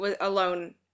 alone